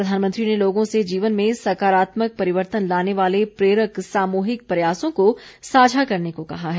प्रधानमंत्री ने लोगों से जीवन में सकारात्मक परिवर्तन लाने वाले प्रेरक सामूहिक प्रयासों को साझा करने को कहा है